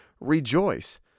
rejoice